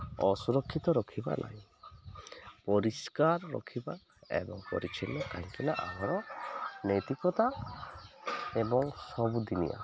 ଅସୁରକ୍ଷିତ ରଖିବା ନାହିଁ ପରିଷ୍କାର ରଖିବା ଏବଂ ପରିଚ୍ଛନ୍ନ କାହିଁକିନା ଆମର ନୈତିକତା ଏବଂ ସବୁଦିନିଆ